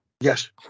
Yes